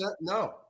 No